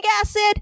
acid